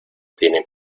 tiene